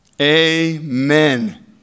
Amen